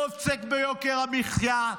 לא עוסק ביוקר המחיה.